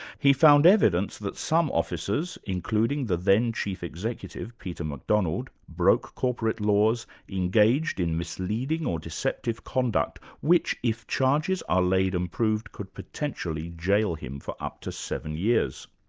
he found evidence that some officers, including the then chief executive, peter macdonald, broke corporate laws, engaged in misleading or deceptive conduct which, if charges are laid and proved, could potentially jail him for up to seven years.